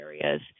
areas